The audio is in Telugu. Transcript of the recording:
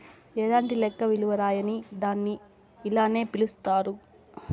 ఎలాంటి లెక్క విలువ రాయని దాన్ని ఇలానే పిలుత్తారు